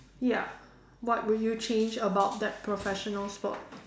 ya what would you change about that professional sport